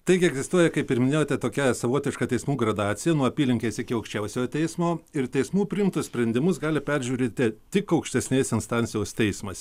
taigi egzistuoja kaip ir minėjote tokia savotiška teismų gradacija nuo apylinkės iki aukščiausiojo teismo ir teismų priimtus sprendimus gali peržiūrėti tik aukštesnės instancijos teismas